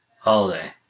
holiday